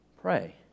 Pray